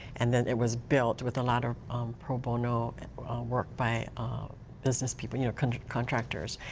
and then it was built with a lot of pro bono work by ah business people. contractors.